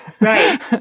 Right